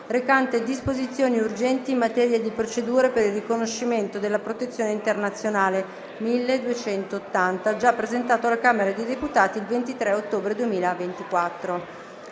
recante disposizioni urgenti in materia di procedure per il riconoscimento della protezione internazionale» (1280), già presentato alla Camera dei deputati il 23 ottobre 2024.